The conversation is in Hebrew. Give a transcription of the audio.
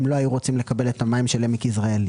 שהם לא היו רוצים לקבל את המים של עמק יזרעאל.